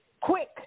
quick